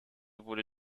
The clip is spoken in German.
wurde